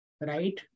right